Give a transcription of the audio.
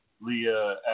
Leah